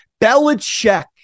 Belichick